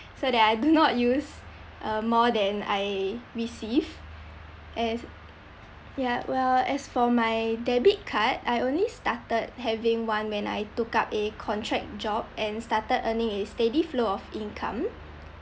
so that I do not use uh more than I receive as ya well as for my debit card I only started having one when I took up a contract job and starting earning a steady flow of income